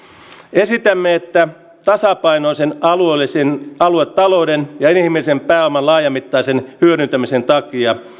esitämme että tasapainoisen aluetalouden ja inhimillisen pääoman laajamittaisen hyödyntämisen takia